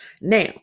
Now